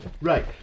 Right